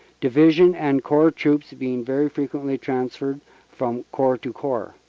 division and corps troops being very frequently transferred from corps to corps.